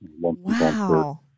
Wow